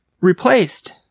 replaced